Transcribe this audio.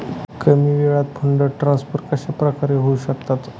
कमी वेळात fund transfer कशाप्रकारे होऊ शकतात?